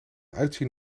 uitzien